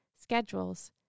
schedules